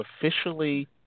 officially